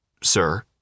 sir